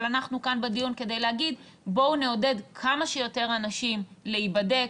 אבל אנחנו כאן בדיון כדי להגיד: בואו נעודד כמה שיותר אנשים להיבדק,